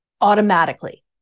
automatically